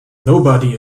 nobody